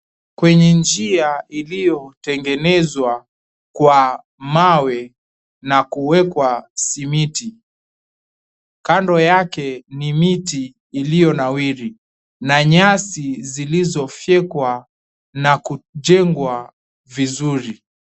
Kwenye njia iliyotengenezwa kwa mawe na kuwekwa simiti. Kando yake ni miti iliyonawiri na nyasi zilizofyekwa na kujengwa vizuri.